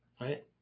Right